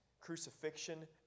crucifixion